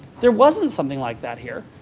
there wasn't something like that here.